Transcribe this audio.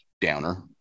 downer